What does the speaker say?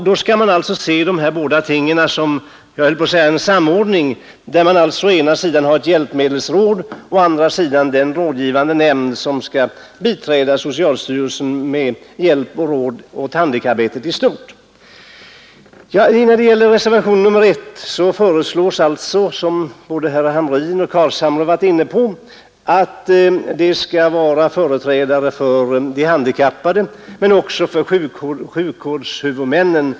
Då bör man alltså se dessa båda ting som så att säga en samordning där man å ena sidan har ett hjälpmedelsråd och å andra sidan den rådgivande nämnd som skall biträda socialstyrelsen med hjälp och råd åt handikapparbetet i stort. I reservationen I föreslås — som både herr Hamrin och herr Carlshamre varit inne på — att det i hjälpmedelsrådet skall finnas företrädare för de handikappade men också för sjukvårdshuvudmännen.